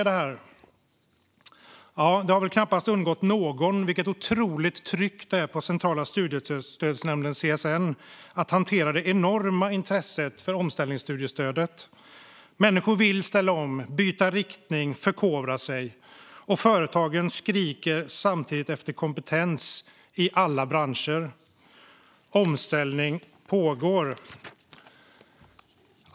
Det har väl knappast undgått någon vilket otroligt tryck det är på Centrala studiestödsnämnden, CSN, att hantera det enorma intresset för omställningsstudiestödet. Människor vill ställa om, byta riktning och förkovra sig, och företagen skriker samtidigt efter kompetens i alla branscher. Omställning pågår.